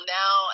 now